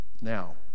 Now